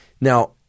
Now